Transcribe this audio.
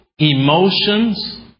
emotions